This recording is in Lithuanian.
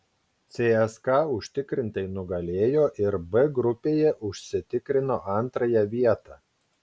cska užtikrintai nugalėjo ir b grupėje užsitikrino antrąją vietą